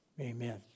Amen